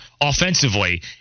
offensively